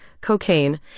cocaine